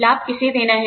लाभ किसे देना है